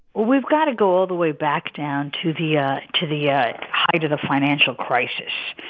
well, we've got to go all the way back down to the ah to the yeah height of the financial crisis.